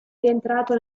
rientrato